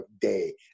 day